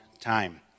time